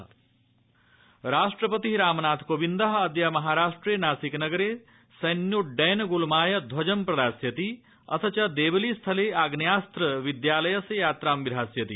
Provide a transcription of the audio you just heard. राष्ट्रपते यात्रा राष्ट्रपति रामनाथकोविन्द अदय महाराष्ट्रे नासिक नगरे सैन्योड्ययन ग़ल्माय ध्वजं प्रदास्यति अथ च देवली स्थले आग्नेयास्त्र विदयालयस्य यात्रां विधास्यति